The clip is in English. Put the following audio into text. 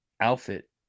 outfit